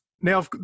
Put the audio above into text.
now